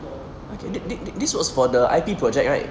okay thi~ thi~ this was for the I_P project right